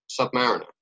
Submariner